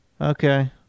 Okay